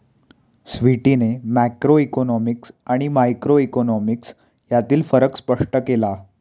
स्वीटीने मॅक्रोइकॉनॉमिक्स आणि मायक्रोइकॉनॉमिक्स यांतील फरक स्पष्ट केला